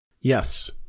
Yes